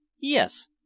Yes